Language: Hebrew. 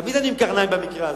תמיד אני עם קרניים, במקרה הזה,